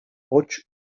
hots